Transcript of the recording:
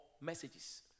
messages